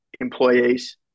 employees